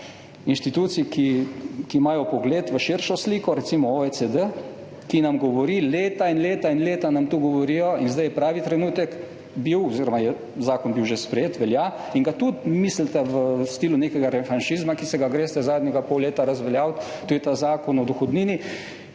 inštitucij, ki imajo vpogled v širšo sliko, recimo OECD, ki nam govori, leta in leta in leta nam to govorijo. Zdaj je bil pravi trenutek oziroma je zakon že bil sprejet, velja in ga tudi mislite v stilu nekega revanšizma, ki se ga greste v zadnjega pol leta, razveljaviti, Zakon o dohodnini,